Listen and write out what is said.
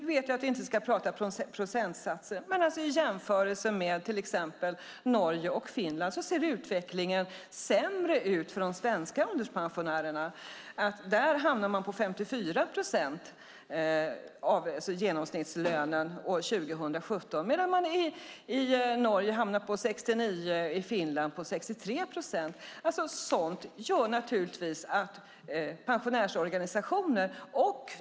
Nu vet jag att vi inte ska prata procentsatser, men i jämförelse med till exempel Norge och Finland ser utvecklingen sämre ut för de svenska ålderspensionärerna. Där hamnar man på 54 procent av genomsnittslönen år 2017, medan man i Norge hamnar på 69 och i Finland på 63 procent. Sådant gör naturligtvis att pensionärsorganisationer reagerar.